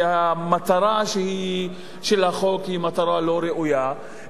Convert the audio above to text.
שהמטרה של החוק היא מטרה לא ראויה,